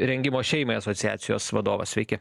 rengimo šeimai asociacijos vadovas sveiki